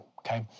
okay